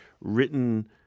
written